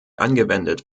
angewendet